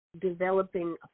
developing